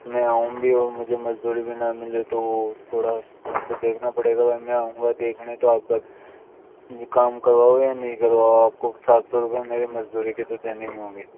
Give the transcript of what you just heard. मैं आऊँ और मुझे मजदूरी भी ना मिले तो थोड़ा आपको देखना पड़ेगा मैम मैं आऊँगा देखने तो आपको ये काम करवाओ या न करवाओ आपको सात सौ रूपए मेरे मजदूरी के तो देने ही होंगे